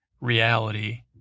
reality